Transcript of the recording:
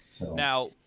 Now